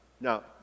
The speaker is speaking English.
Now